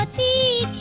the